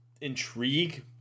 intrigue